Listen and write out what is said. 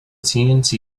tnt